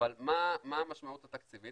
אבל מה המשמעות התקציבית?